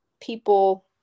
people